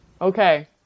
Okay